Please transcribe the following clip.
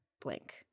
blank